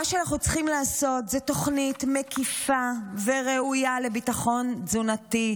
מה שאנחנו צריכים לעשות זה תוכנית מקיפה וראויה לביטחון תזונתי,